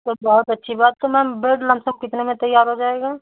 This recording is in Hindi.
तो बहुत अच्छी बात तो मैम बेड लमसम कितने में तैयार हो जाएगा